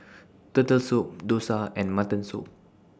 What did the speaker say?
Turtle Soup Dosa and Mutton Soup